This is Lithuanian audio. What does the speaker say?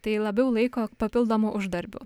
tai labiau laiko papildomu uždarbiu